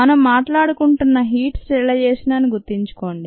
మనం మాట్లాడుకుంటున్న heat sterilisation అని గుర్తుంచుకోండి